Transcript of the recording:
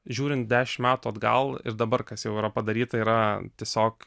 žiūrint dešim metų atgal ir dabar kas jau yra padaryta yra tiesiog